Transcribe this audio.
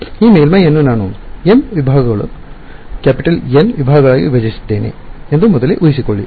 ಈ ಮೇಲ್ಮೈಯನ್ನು ನಾನು N ವಿಭಾಗಗಳು ಸೆಗ್ಮೆನ್ಟ್ ಕ್ಯಾಪಿಟಲ್ N ವಿಭಾಗಗಳಾಗಿ ವಿಭಜಿಸಿದ್ದೇನೆ ಎಂದು ಮೊದಲೇ ಉಹಿಸಿಕೊಳ್ಳಿ